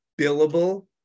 billable